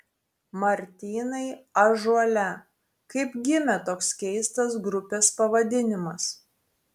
martynai ąžuole kaip gimė toks keistas grupės pavadinimas